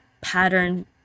pattern